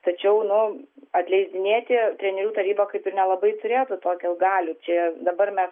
tačiau nu atleisdinėti trenerių taryba kaip nelabai turėtų tokių galių čia dabar mes